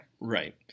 right